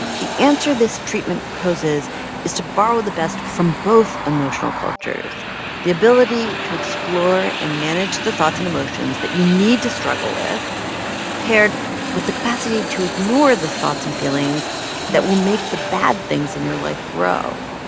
the answer this treatment proposes is to borrow the best from both emotional cultures the ability to explore and manage the thoughts and emotions that you need to struggle with paired with the capacity to ignore the thoughts and feelings that will make the bad things in your life grow.